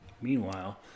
meanwhile